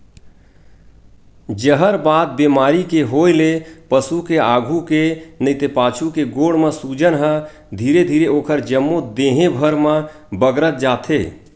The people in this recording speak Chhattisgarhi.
जहरबाद बेमारी के होय ले पसु के आघू के नइते पाछू के गोड़ म सूजन ह धीरे धीरे ओखर जम्मो देहे भर म बगरत जाथे